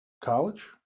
college